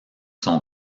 son